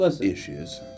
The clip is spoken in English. issues